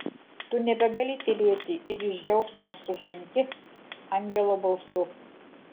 tu nebegali tylėti ir iš džiaugsmo sušunki angelo balsu